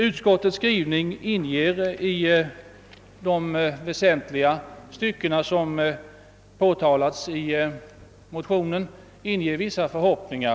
Utskottets skrivning inger emellertid i de väsentliga stycken som påtalats i motionen vissa förhoppningar.